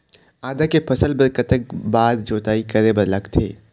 आदा के फसल बर कतक बार जोताई करे बर लगथे?